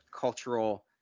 cultural